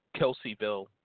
Kelseyville